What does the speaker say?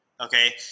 okay